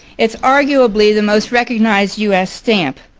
it's arguably the most recognized u s. stamp.